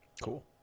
Cool